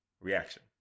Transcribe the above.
reaction